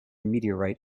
meteorite